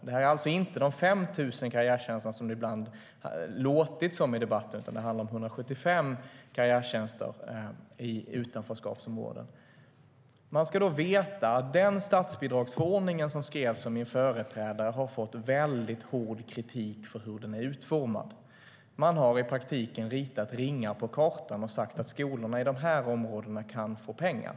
Det är alltså inte de 5 000 karriärtjänster som det ibland har låtit som i debatten, utan det handlar om 175 karriärtjänster i utanförskapsområden. Man ska då veta att den statsbidragsförordning som skrevs av min företrädare har fått väldigt hård kritik för hur den är utformad. Man har i praktiken ritat ringar på kartan och sagt: Skolorna i de här områdena kan få pengar.